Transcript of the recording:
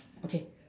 okay